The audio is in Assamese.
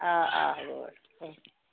অঁ অঁ হ'ব বাৰু